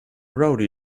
rowdy